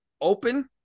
open